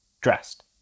dressed